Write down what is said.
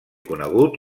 conegut